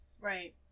Right